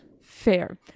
Fair